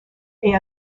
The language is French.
est